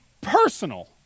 personal